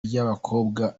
ry’abakobwa